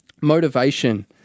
Motivation